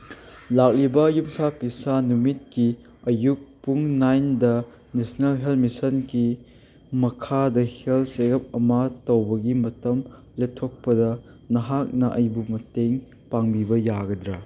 ꯂꯥꯛꯂꯤꯕ ꯌꯨꯝꯁꯥꯀꯩꯁꯥ ꯅꯨꯃꯤꯠꯀꯤ ꯑꯌꯨꯛ ꯄꯨꯡ ꯅꯥꯏꯟꯗ ꯅꯦꯁꯅꯦꯜ ꯍꯦꯜ ꯃꯤꯁꯟꯒꯤ ꯃꯈꯥꯗ ꯍꯦꯜ ꯆꯦꯀꯞ ꯑꯃ ꯇꯧꯕꯒꯤ ꯃꯇꯝ ꯂꯦꯞꯊꯣꯛꯄꯗ ꯅꯍꯥꯛꯅ ꯑꯩꯕꯨ ꯃꯇꯦꯡ ꯄꯥꯡꯕꯤꯕ ꯌꯥꯒꯗ꯭ꯔꯥ